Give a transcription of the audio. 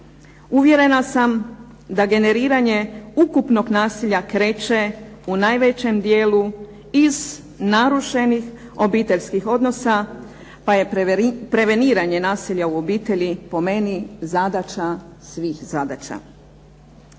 Uvjerena sam da generiranje ukupnog nasilja kreće u najvećem dijelu iz narušenih obiteljskih odnosa, pa je preveniranje nasilja u obitelji po meni zadaća svih zadaća.